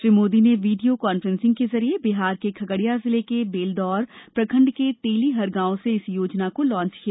श्री मोदी ने video conferencing के जरिये बिहार के खगड़िया जिले के बेलदौर प्रखंड के तेली हर गांव से इस योजना को लांच किया